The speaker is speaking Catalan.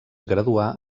graduà